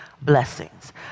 blessings